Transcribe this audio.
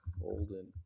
Golden